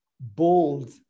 bold